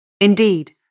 Indeed